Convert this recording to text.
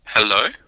Hello